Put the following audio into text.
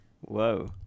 whoa